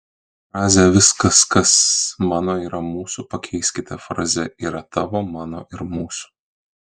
frazę viskas kas mano yra mūsų pakeiskite fraze yra tavo mano ir mūsų